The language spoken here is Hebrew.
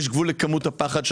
יש גבול לכמות הפחד.